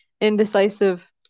indecisive